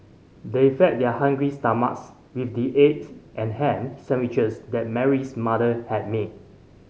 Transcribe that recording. they fed their hungry stomachs with the eggs and ham sandwiches that Mary's mother had made